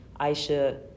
Aisha